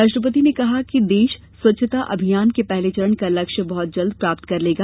राष्ट्रपित ने कहा कि देश के स्वच्छता अभियान के पहले चरण का लक्ष्य बहुत जल्दी प्राप्त कर लेगा